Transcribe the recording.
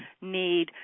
need